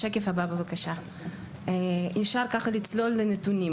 כך אפשר לצלול לנתונים,